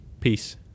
peace